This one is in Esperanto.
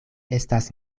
estas